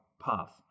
path